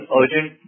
urgent